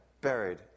buried